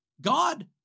God